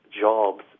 jobs